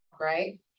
right